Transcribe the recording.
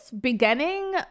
beginning